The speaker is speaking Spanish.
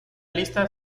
lista